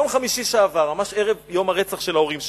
ביום חמישי שעבר, ממש יום הרצח של ההורים שלו,